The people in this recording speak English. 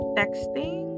texting